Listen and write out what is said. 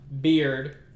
Beard